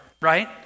right